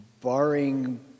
barring